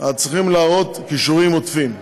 אז צריך להראות כישורים עודפים.